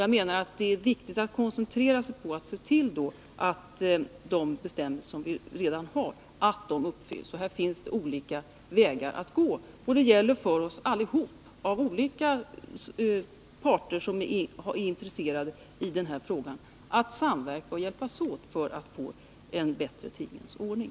Jag menar att det är viktigt att koncentrera sig på att se till att de bestämmelser som vi redan har uppfylls. Det finns olika vägar att gå, och det gäller för alla parter som är intresserade av denna fråga att samverka för att få till stånd en bättre tingens ordning.